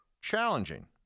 challenging